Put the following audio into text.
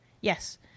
Yes